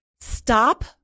stop